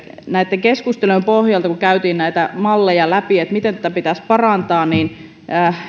näitten keskustelujen pohjalta käytiin näitä malleja läpi miten tätä pitäisi parantaa niin